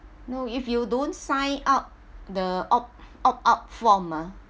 no if you don't sign up the opt opt out form ah